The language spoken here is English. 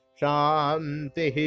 shanti